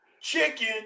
chicken